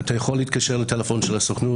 אתה יכול להתקשר לטלפון של הסוכנות,